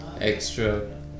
Extra